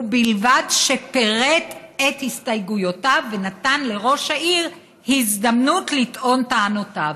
ובלבד שפירט את הסתייגויותיו ונתן לראש העיר הזדמנות לטעון את טענותיו.